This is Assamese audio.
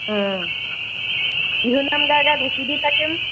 অ বিহু নাম গাই গাই ঢেঁকী দি থাকিম